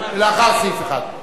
ולכן החוק נשאר כפי שהוא לעניין זה.